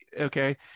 Okay